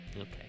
Okay